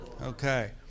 Okay